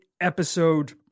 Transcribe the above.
episode